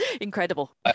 Incredible